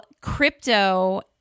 crypto